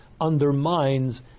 undermines